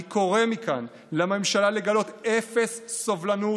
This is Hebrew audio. אני קורא מכאן לממשלה לגלות אפס סובלנות